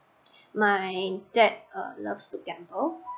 my dad uh loves to gamble